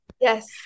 yes